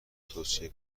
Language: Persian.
توصیه